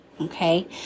okay